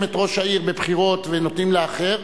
את ראש העיר בבחירות ונותנים לאחר,